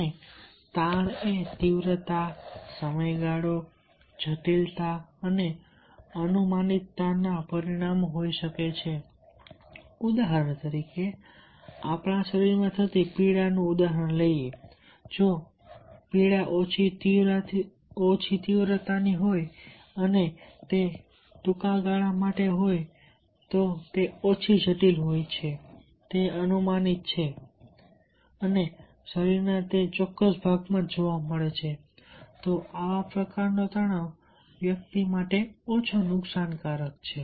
અને તાણ એ તીવ્રતા સમયગાળો જટિલતા અને અનુમાનિતતાના પરિમાણો હોઈ શકે છે ઉદાહરણ તરીકે આપણે શરીરમાં થતી પીડાનું ઉદાહરણ લઈએ જો પીડા ઓછી તીવ્રતાની હોય અને તે ટૂંકા ગાળા માટે હોય અને તે ઓછી જટિલ હોય અને તે અનુમાનિત છે કે તે શરીરના ચોક્કસ ભાગમાં થાય છે તો આવા પ્રકારનો તણાવ વ્યક્તિ માટે ઓછો નુકસાનકારક છે